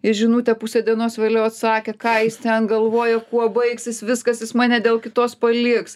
į žinutę pusę dienos vėliau atsakė ką jis ten galvoja kuo baigsis viskas jis mane dėl kitos paliks